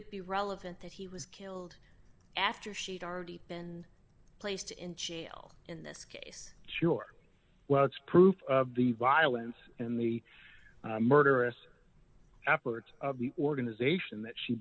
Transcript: it be relevant that he was killed after she'd already been placed in jail in this case sure well it's proof of the violence and the murderous efforts of the organization that she